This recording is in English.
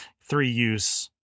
three-use